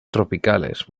tropicales